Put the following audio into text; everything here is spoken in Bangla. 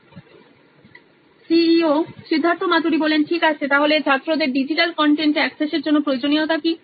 Siddharth Maturi C E O নোইন ইলেকট্রনিক্স ঠিক আছে তাহলে ছাত্রদের ডিজিটাল কন্টেন্টে এক্সেসের এর প্রয়োজনীয়তা কি